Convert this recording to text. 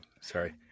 sorry